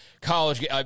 college –